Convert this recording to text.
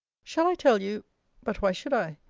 shall i tell you but why should i?